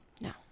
No